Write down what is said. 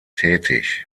tätig